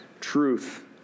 truth